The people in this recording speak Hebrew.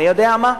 אני יודע מה,